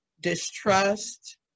distrust